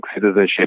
citizenship